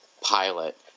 pilot